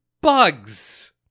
bugs